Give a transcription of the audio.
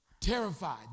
Terrified